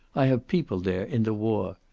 i have people there, in the war.